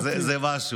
זה משהו.